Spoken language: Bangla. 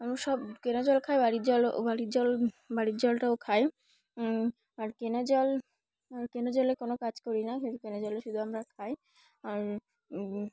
আমরা সব কেনা জল খাই বাড়ির জলও বাড়ির জল বাড়ির জলটাও খাই আর কেনা জল আর কেনা জলে কোনো কাজ করি কেন কেনা জলে শুধু আমরা খাই আর